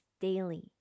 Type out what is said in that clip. daily